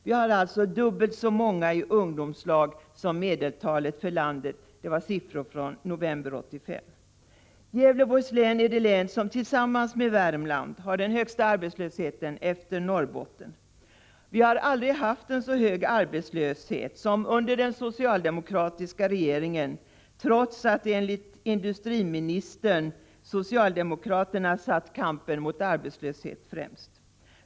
Vi har alltså dubbelt så många i ungdomslag som medeltalet för landet. Siffrorna var hämtade från november 1985. Gävleborgs län är det län som tillsammans med Värmland har den högsta arbetslösheten efter Norrbotten. Vi har aldrig haft en så hög arbetslöshet som under den socialdemokratiska regeringen trots att, enligt industriministern, socialdemokraterna satt kampen mot arbetslösheten främst.